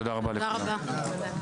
תודה רבה לכולם.